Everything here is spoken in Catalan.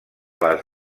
les